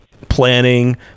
planning